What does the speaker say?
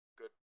good